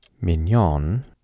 mignon